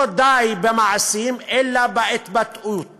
לא די במעשים אלא בהתבטאות